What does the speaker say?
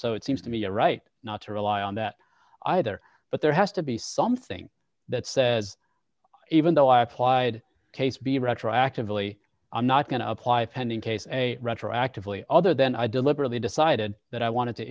so it seems to me a right not to rely on that either but there has to be something that says even though i applied case b retroactively i'm not going to apply fending case a retroactively other than i deliberately decided that i wanted to